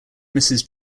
mrs